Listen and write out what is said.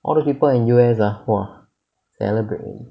all those people in U_S ah !wah! celebrate